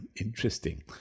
interesting